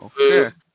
okay